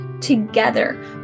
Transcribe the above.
Together